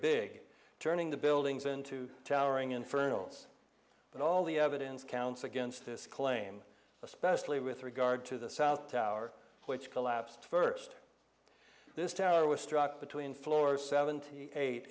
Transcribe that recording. big turning the buildings into towering inferno but all the evidence counts against this claim especially with regard to the south tower which collapsed first this tower was struck between floors seventy eight